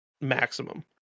maximum